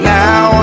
now